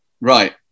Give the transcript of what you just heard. right